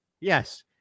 Yes